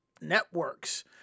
networks